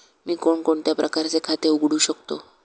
मी कोणकोणत्या प्रकारचे खाते उघडू शकतो?